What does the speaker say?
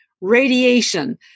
radiation